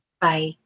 Bye